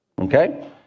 Okay